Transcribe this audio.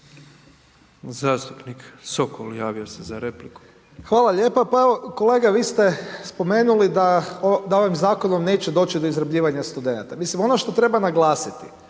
Zastupnik Sokol javio se za repliku. **Sokol, Tomislav (HDZ)** Hvala lijepa. Pa evo kolega, vi ste spomenuli da ovim zakonom neće doći do izrabljivanja studenata, mislim ono što treba naglasiti